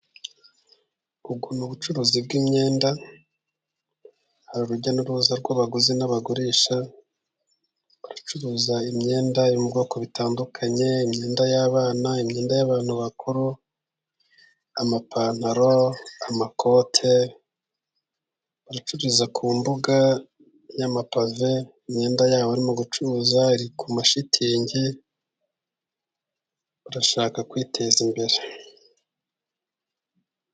Ubu ni ubucuruzi bw'imyenda, hari urujya n'uruza rw'abaguzi n'abagurisha , baracuruza imyenda yo mu bwoko butandukanye :imyenda y'abana ,imyenda y'abantu bakuru ,amapantaro ,amakote baracuruza ku mbuga y'amapave imyenda y'abari gucuruza, hari ku mashitingi barashaka kwiteza imbere.